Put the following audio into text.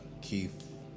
Keith